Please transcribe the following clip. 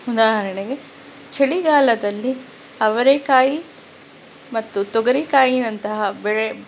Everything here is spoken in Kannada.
ಉದಾಹರಣೆಗೆ ಚಳಿಗಾಲದಲ್ಲಿ ಅವರೆಕಾಯಿ ಮತ್ತು ತೊಗರಿಕಾಯಿಯಂತಹ ಬೆಳೆ